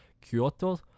Kyoto